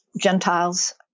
Gentiles